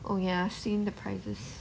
oh ya seeing the prices